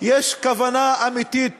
יש כוונה אמיתית